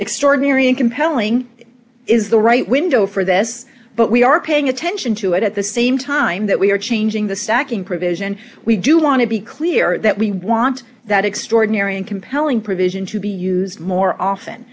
extraordinary and compelling is the right window for this but we are paying attention to it at the same time that we are changing the stacking provision we do want to be clear that we want that extraordinary and compelling provision to be used more often